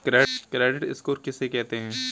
Credit score किसे कहते हैं?